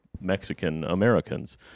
Mexican-Americans